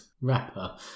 rapper